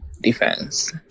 defense